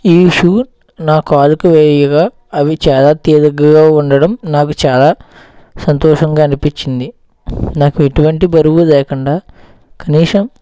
ఈ షూ నా కాలికి వేయగా అవి చాలా తేలికగా ఉండడం నాకు చాలా సంతోషంగా అనిపించింది నాకు ఎటువంటి బరువు లేకుండా కనీసం